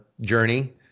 journey